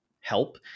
help